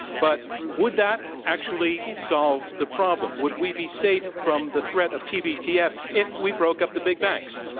but would that actually solve the problem? would we be safe from the threat of tbtf if we broke up the big banks?